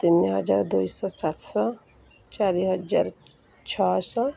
ତିନି ହଜାର ଦୁଇ ଶହ ସାତ ଶହ ଚାରି ହଜାର ଛଅ ଶହ